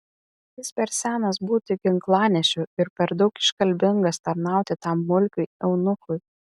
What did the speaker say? jis per senas būti ginklanešiu ir per daug iškalbingas tarnauti tam mulkiui eunuchui